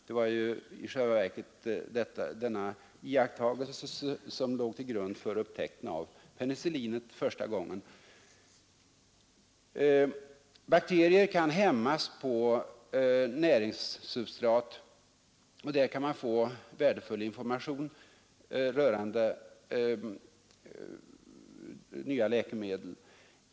Det var denna iakttagelse som låg till grund rat för att förutsäga t.ex.